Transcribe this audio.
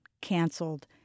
canceled